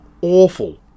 Awful